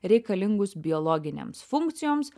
reikalingus biologinėms funkcijoms